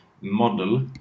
model